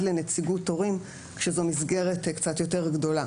לנציגות הורים כשזו מסגרת קצת יותר גדולה.